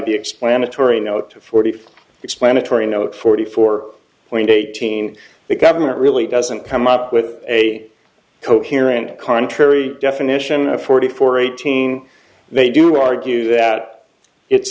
the explanatory note forty explanatory note forty four point eight teen the government really doesn't come up with a coherent contrary definition of forty four eighteen they do argue that it's